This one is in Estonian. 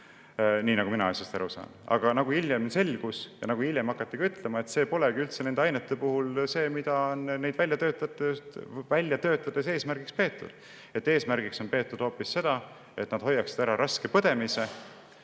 nii nagu mina asjast aru saan. Aga nagu hiljem selgus ja hiljem hakati ka ütlema, see polegi üldse nende ainete puhul see, mida neid välja töötades eesmärgiks peeti. Eesmärgiks peeti hoopis seda, et need hoiaksid ära raske põdemise,